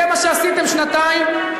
זה מה שעשיתם שנתיים,